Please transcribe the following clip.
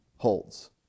holds